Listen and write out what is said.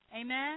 Amen